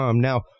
now